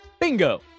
bingo